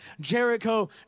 Jericho